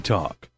Talk